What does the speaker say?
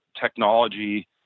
technology